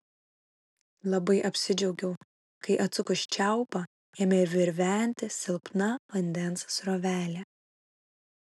labai apsidžiaugiau kai atsukus čiaupą ėmė virventi silpna vandens srovelė